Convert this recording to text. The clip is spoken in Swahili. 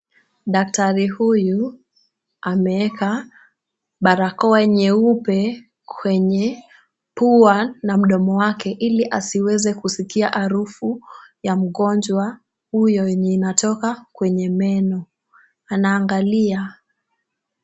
Daktari huyu ameweka barakoa nyeupe kwenye pua na mdomo wake ili asiweze kuskia harufu ya mgonjwa huyo yenye inatoka kwenye meno. Anaangalia.